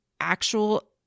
actual